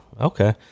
okay